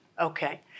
Okay